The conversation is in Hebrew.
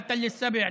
לא בתל שבע,